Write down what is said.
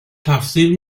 تفسیر